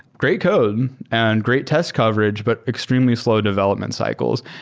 great code and great test coverage, but extremely slow development cycles.